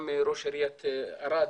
גם ראש עירית ערד,